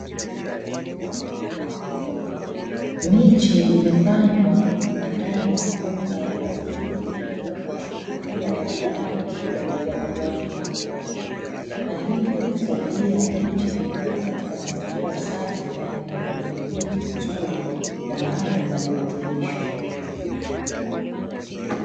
Miche imepangwa ndani ya mabomba ya plastiki, ikiwa katika hatua ya awali ya ukuaji wake na hivyo kusaidia miche kukua katika mazingira safi na yenye udhibiti mzuri wa maji na virutubisho.